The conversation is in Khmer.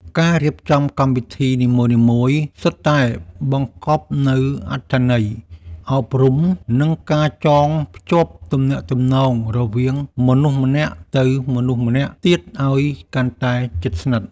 ការរៀបចំកម្មវិធីនីមួយៗសុទ្ធតែបង្កប់នូវអត្ថន័យអប់រំ និងការចងភ្ជាប់ទំនាក់ទំនងរវាងមនុស្សម្នាក់ទៅមនុស្សម្នាក់ទៀតឱ្យកាន់តែជិតស្និទ្ធ។